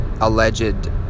alleged